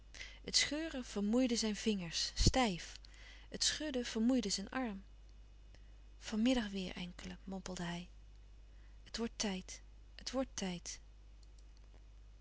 het scheuren vermoeide zijn vingers stijf het schudden vermoeide zijn arm van middag weêr enkele mompelde hij het wordt tijd het wordt tijd